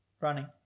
running